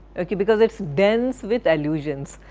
ok, because it is dense with allusions.